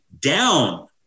down